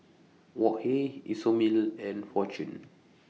Wok Hey Isomil and Fortune